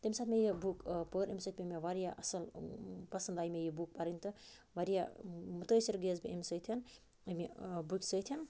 تَمہِ ساتہٕ مےٚ یہِ بُک آ پٔر اَمہِ سۭتۍ پیٚوو مےٚ واریاہ اَصٕل پَسنٛد آیہِ مےٚ یہِ بُک پَرٕنۍ تہٕ واریاہ مُتٲثر گٔیَس بہٕ اَمہِ سۭتٮ۪ن اَمہِ بُکہِ آ سۭتٮ۪ن